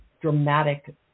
dramatic